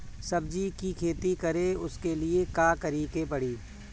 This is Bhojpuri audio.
सब्जी की खेती करें उसके लिए का करिके पड़ी?